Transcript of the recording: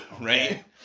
right